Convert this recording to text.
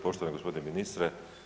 Poštovani gospodine ministre.